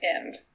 end